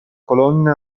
colonne